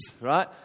right